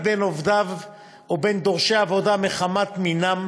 (א) לא יפלה מעביד בין עובדיו או בין דורשי עבודה מחמת מינם,